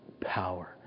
power